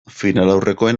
finalaurrekoen